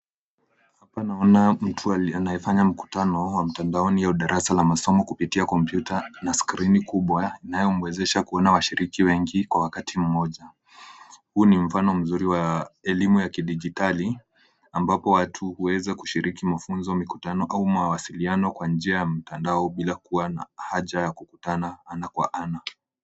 Hapa naona mtu anayefanya mkutano wa mtandaoni au darasa la masomo kupitia kompyuta na skrini kubwa inayomwezesha kuona washiriki wengi kwa wakati mmoja. Huu ni mfano mzuri wa elimu ya kidijitali ambapo watu huweza kushiriki mafunzo, mikutano au mawasiliano kwa njia ya mtandao bila kuwa na haja ya kukutana ana kwa ana.